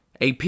AP